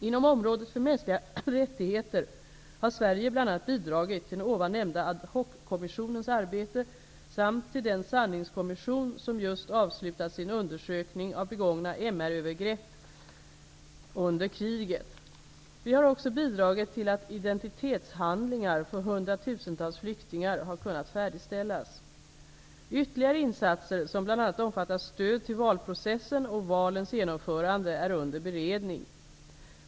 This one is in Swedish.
Inom området för mänskliga rättigheter har Sverige bl.a. bidragit till den ovan nämnda ad hockommissionens arbete samt till den sanningskommission som just avslutat sin undersökning av begångna MR-övergrepp under kriget. Vi har också bidragit till att identitetshandlingar för hundratusentals flyktingar har kunnat färdigställas. Ytterligare insatser, som bl.a. omfattar stöd till valprocessen och valens genomförande, är under beredning.